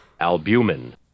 Albumin